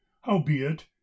howbeit